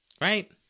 Right